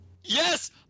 Yes